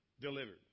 delivered